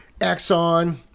Exxon